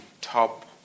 top